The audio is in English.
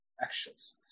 actions